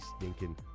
stinking